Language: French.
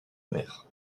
mère